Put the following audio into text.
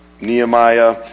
Nehemiah